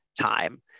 time